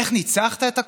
איך ניצחת את הקורונה?